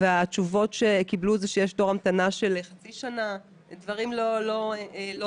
כשהתשובות הן שיש תור המתנה של חצי שנה - דברים לא סבירים.